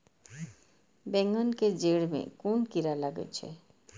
बेंगन के जेड़ में कुन कीरा लागे छै?